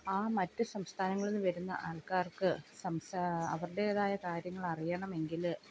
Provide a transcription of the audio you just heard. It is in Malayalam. ആ മറ്റ് സംസ്ഥാനങ്ങളിൽ നിന്ന് വരുന്ന ആൾക്കാർക്ക് സംസാ അവരുടേതായ കാര്യങ്ങളറിയണമെങ്കിൽ